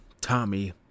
Tommy